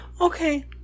Okay